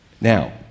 Now